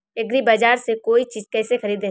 एग्रीबाजार से कोई चीज केसे खरीदें?